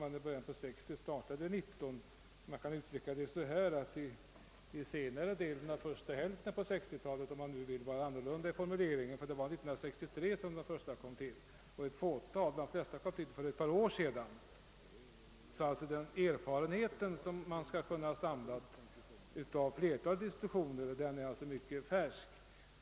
Man kan, om man vill formulera saken annorlunda, säga att verksamheten startade under senare delen av första hälften av 1960-talet; det var nämligen 1963 som de första statsbidragen till rådgivningsbyråer beviljades. Detta gäller endast ett fåtal; de flesta beviljades för ett par år sedan. Den erfarenhet som man inom flertalet institutioner kan ha samlat är alltså mycket färsk.